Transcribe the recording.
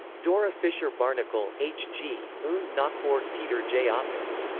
dora fischer-barnicol, hg. und nachwort peter j opitz.